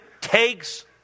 takes